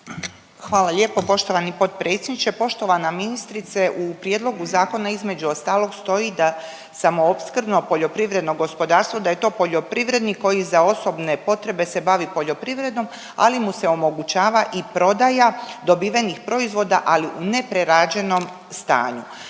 Hvala lijepo poštovani potpredsjedniče. Poštovana ministrice u Prijedlogu zakona između ostalog stoji da samo opskrbno poljoprivredno gospodarstvo da je to poljoprivrednik koji za osobne potrebe se bavi poljoprivredom, ali mu se omogućava i prodaja dobivenih proizvoda ali u neprerađenom stanju.